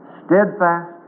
steadfast